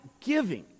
giving